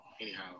Anyhow